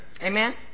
Amen